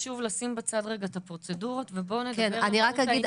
שוב לשים בצד רגע את הפרוצדורות ובוא נדבר על מהות העניין.